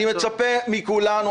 אני מצפה מכולנו,